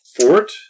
fort